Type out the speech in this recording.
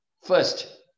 First